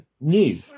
new